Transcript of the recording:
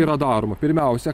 yra daroma pirmiausia